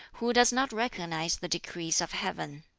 who does not recognize the decrees of heaven.